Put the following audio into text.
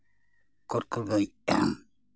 ᱠᱚᱨ ᱠᱚᱫᱚᱧ